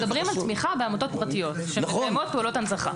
אנחנו מדברים על תמיכה בעמותות פרטיות שמקיימות פעולות הנצחה.